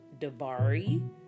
Dabari